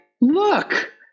look